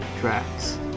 tracks